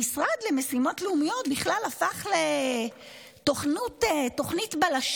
המשרד למשימות לאומיות בכלל הפך לתוכנית בלשות,